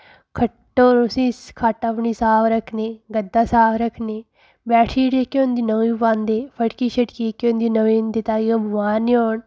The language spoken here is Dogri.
खट्ट पर उसी खट्ट अपनी साफ रक्खनी गद्दा साफ रक्खनाी बेड शीट जेह्की होंदी ना ओह् बी पांदे फड़की शड़की केह् होंदी कि नमें हुंदी ताइयें ओह् बमार नी होन